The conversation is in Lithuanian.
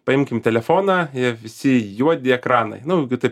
paimkim telefoną jie visi juodi ekranai nu jeigu taip